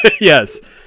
Yes